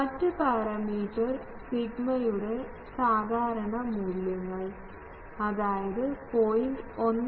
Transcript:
മറ്റ് പാരാമീറ്റർ സിഗ്മയുടെ സാധാരണ മൂല്യങ്ങൾ അതായത് 0